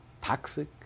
toxic